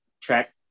track